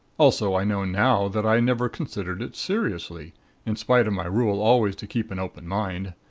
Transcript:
also i know now that i never considered it seriously in spite of my rule always to keep an open mind.